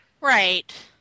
right